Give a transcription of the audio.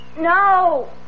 No